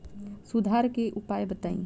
सुधार के उपाय बताई?